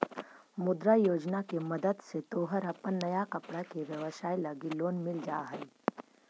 मुद्रा योजना के मदद से तोहर अपन नया कपड़ा के व्यवसाए लगी लोन मिल जा हई